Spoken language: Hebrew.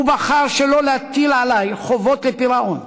הוא בחר שלא להטיל עלי חובות לפירעון.